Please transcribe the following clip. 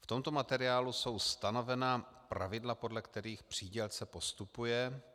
V tomto materiálu jsou stanovena pravidla, podle kterých přídělce postupuje.